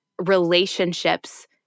relationships